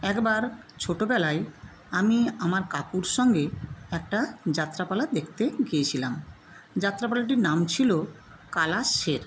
একবার ছোটবেলায় আমি আমার কাকুর সঙ্গে একটা যাত্রাপালা দেখতে গিয়েছিলাম যাত্রাপালাটির নাম ছিল কালা শের